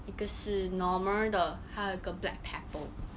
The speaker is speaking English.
一个是 normal 的还有一个 black pepper